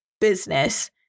business